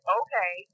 okay